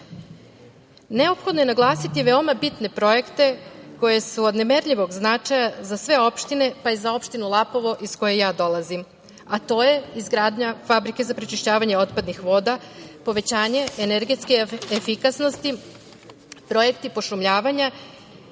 Srbije. Neophodno je naglasiti veoma bitne projekte koji su od nemerljivog značaja za sve opštine, pa i za opštinu Lapovo, iz koje ja dolazim, a to je izgradnja fabrike za prečišćavanje otpadnih voda, povećanje energetske efikasnosti, projekti pošumljavanja